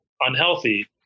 unhealthy